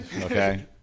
okay